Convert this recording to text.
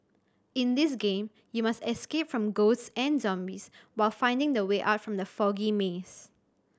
in this game you must escape from ghosts and zombies while finding the way out from the foggy maze